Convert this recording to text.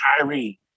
Kyrie